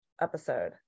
episode